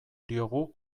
diogu